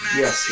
yes